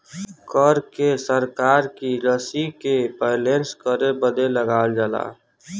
कर के सरकार की रशी के बैलेन्स करे बदे लगावल जाला